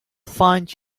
find